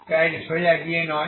তাই এটি সোজা এগিয়ে নয়